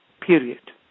Period